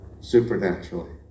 supernaturally